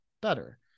better